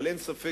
אבל אין ספק,